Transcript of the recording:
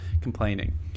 complaining